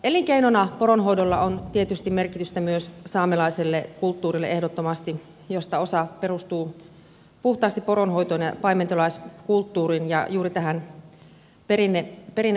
elinkeinona poronhoidolla on tietysti merkitystä myös saamelaiselle kulttuurille ehdottomasti josta osa perustuu puhtaasti poronhoitoon ja paimentolaiskulttuuriin ja juuri tähän perinneammattiin